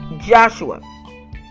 Joshua